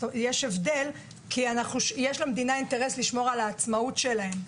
יש הבדל כי יש למדינה אינטרס לשמור על העצמאות שלהם.